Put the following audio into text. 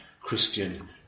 Christian